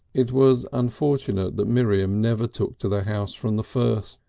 it was unfortunate that miriam never took to the house from the first.